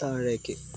താഴേക്ക്